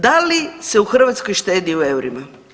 Da li se u Hrvatskoj štedi u eurima?